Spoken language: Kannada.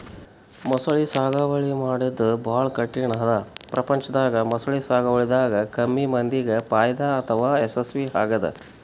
ಮೊಸಳಿ ಸಾಗುವಳಿ ಮಾಡದ್ದ್ ಭಾಳ್ ಕಠಿಣ್ ಅದಾ ಪ್ರಪಂಚದಾಗ ಮೊಸಳಿ ಸಾಗುವಳಿದಾಗ ಕಮ್ಮಿ ಮಂದಿಗ್ ಫೈದಾ ಅಥವಾ ಯಶಸ್ವಿ ಆಗ್ಯದ್